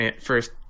first